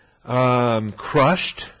Crushed